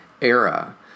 era